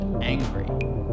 angry